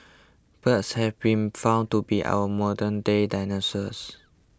birds have been found to be our modernday dinosaurs